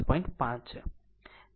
5 છે